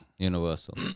Universal